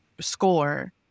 score